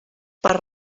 per